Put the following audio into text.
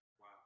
Wow